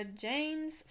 James